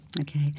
Okay